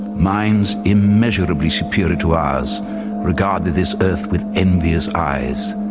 minds immeasurably superior to ours regarded this earth with envious eyes,